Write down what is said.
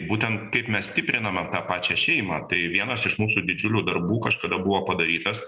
būtent kaip mes stipriname tą pačią šeimą tai vienas iš mūsų didžiulių darbų kažkada buvo padarytas